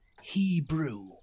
He-Brew